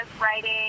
writing